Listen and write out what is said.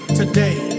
today